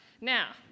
Now